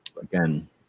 again